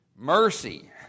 Mercy